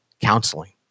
counseling